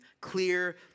clear